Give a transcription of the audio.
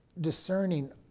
discerning